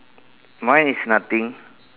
mine is nothing